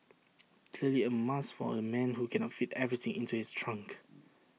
clearly A must for the man who cannot fit everything into his trunk